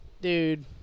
Dude